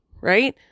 Right